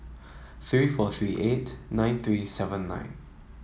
three four three eight nine three seven nine